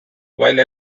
while